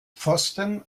pfosten